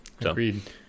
Agreed